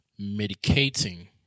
medicating